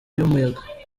y’umuyaga